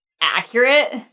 accurate